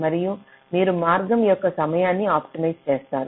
మరియు మీరు మార్గం యొక్క సమయాన్ని ఆప్టిమైజ్ చేస్తారు